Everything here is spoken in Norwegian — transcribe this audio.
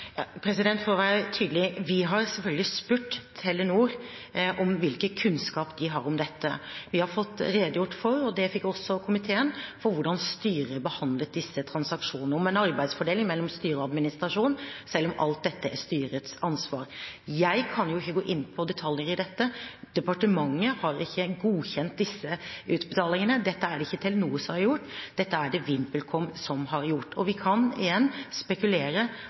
For å være tydelig: Vi har selvfølgelig spurt Telenor om hvilken kunnskap de har om dette. Vi har fått redegjort for – og det fikk også komiteen – hvordan styret behandlet disse transaksjonene, om en arbeidsfordeling mellom styret og administrasjonen, selv om alt dette er styrets ansvar. Jeg kan ikke gå inn på detaljer i dette. Departementet har ikke godkjent disse utbetalingene. Dette er det ikke Telenor som har gjort. Dette er det WimpelCom som har gjort. Vi kan – igjen – spekulere